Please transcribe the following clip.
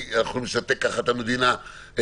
כי אנחנו נשתק ככה את המדינה לגמרי,